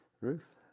Ruth